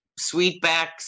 Sweetbacks